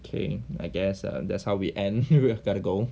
K I guess that's how we end here you've gotta go